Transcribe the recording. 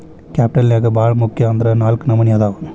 capital ನ್ಯಾಗ್ ಭಾಳ್ ಮುಖ್ಯ ಅಂದ್ರ ನಾಲ್ಕ್ ನಮ್ನಿ ಅದಾವ್